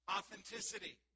Authenticity